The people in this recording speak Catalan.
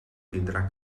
tindrà